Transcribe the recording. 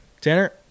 Tanner